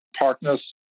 partners